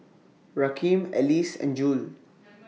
Rakeem Elise and Jule